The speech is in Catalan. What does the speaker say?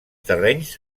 terrenys